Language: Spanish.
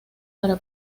para